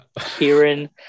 Kieran